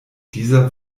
dieser